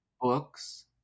Books